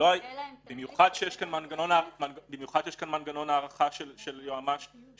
במיוחד כשיש פה מנגנון הארכה של יועץ משפטי